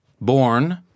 born